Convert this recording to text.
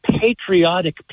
patriotic